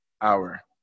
hour